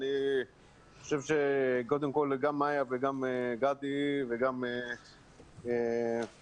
אני חושב שקודם כל גם מיה וגם גדי וגם עדי